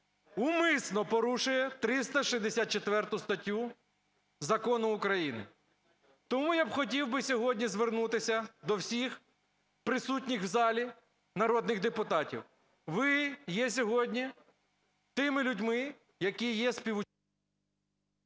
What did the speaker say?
умисно порушує 364 статтю Закону України. Тому я хотів би сьогодні звернутися до всіх присутніх в залі народних депутатів. Ви є сьогодні тими людьми, які є…